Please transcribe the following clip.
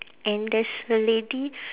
and there's a lady